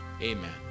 Amen